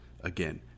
again